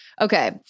Okay